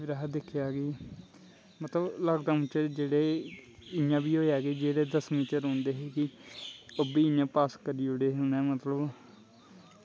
फिर असें दिक्खेआ कि मतलब लाकडाऊन च जेह्ड़े इ'यां बी होएआ कि जेह्ड़े दसमीं च रौंह्दे हे कि ओह् बी इ'यां पास करी ओड़े हे उ'नें मतलब